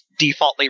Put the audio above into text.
defaultly